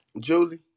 Julie